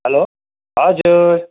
hello हजुर